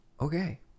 Okay